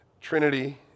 Trinity